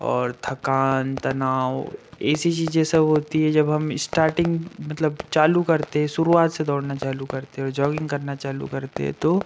और थकान तनाव ऐसी चीज़ें सब होती हैं जब हम स्टार्टिंग मतलब चालू करते शुरुआत से दौड़ना चालू करते जॉगिंग करना चालू करते हैं तो